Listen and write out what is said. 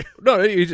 No